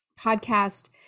podcast